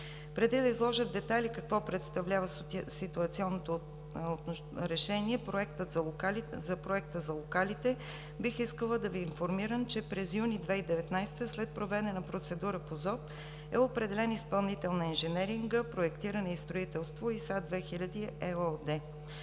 Преди да изложа в детайли какво представлява ситуационното решение за проекта за локалите бих искала да Ви информирам, че през юни 2019 г., след проведена процедура по ЗОП, е определен изпълнител на инженеринга, проектиране и строителство „ИСА 2000“ ЕООД.